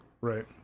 Right